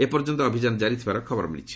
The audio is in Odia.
ଏପର୍ଯ୍ୟନ୍ତ ଅଭିଯାନ ଜାରିଥିବାର ଖବର ମିଳିଛି